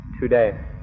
today